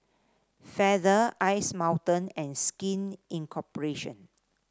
Feather Ice Mountain and Skin Incorporation